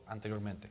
anteriormente